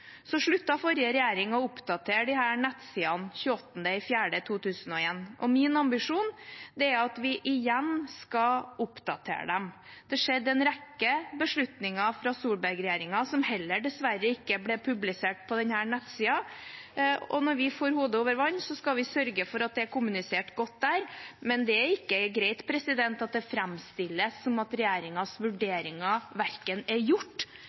Så sluttet forrige regjering å oppdatere disse nettsidene 28. april 2021. Min ambisjon er at vi igjen skal oppdatere dem. Det skjedde en rekke beslutninger fra Solberg-regjeringen som dessverre ikke ble publisert på denne nettsiden, og når vi får hodet over vannet, skal vi sørge for at det blir kommunisert godt der. Det er ikke greit at det framstilles som at regjeringens vurderinger verken er gjort